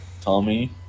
Tommy